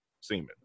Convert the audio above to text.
semen